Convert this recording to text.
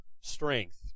strength